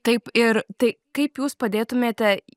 taip ir tai kaip jūs padėtumėte